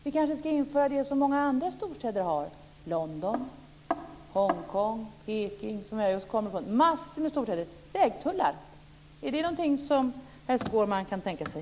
Vi kanske ska införa det som finns i många andra storstäder, t.ex. London, Hongkong och Peking, nämligen biltullar? Är det någonting som herr Skårman kan tänka sig?